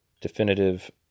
definitive